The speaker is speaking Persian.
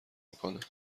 میکنه